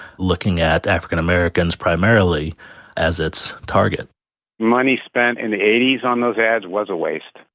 looking at african-americans primarily as its target money spent in the eighty s on those ads was a waste,